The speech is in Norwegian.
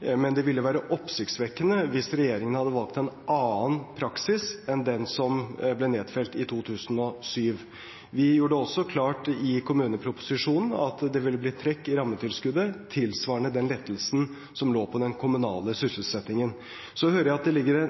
men det ville være oppsiktsvekkende hvis regjeringen hadde valgt en annen praksis enn den som ble nedfelt i 2007. Vi gjorde det også klart i kommuneproposisjonen at det ville bli trekk i rammetilskuddet tilsvarende den lettelsen som lå på den kommunale sysselsettingen. Jeg hører også at det ligger